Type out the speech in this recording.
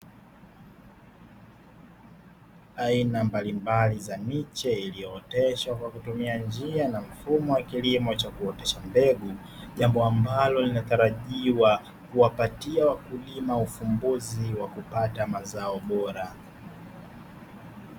Aina mbalimbali za miche iliyooteshwa kwa kutumia njia na mfumo wa kilimo cha kuotesha mbegu, jambo ambalo linatarajiwa kuwapatia wakulima ufumbuzi wa kupata mazao bora.